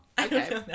okay